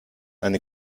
eine